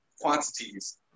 quantities